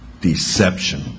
deception